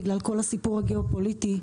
בגלל כל הסיפור הגאו-פוליטי,